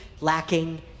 lacking